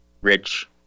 rich